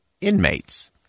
inmates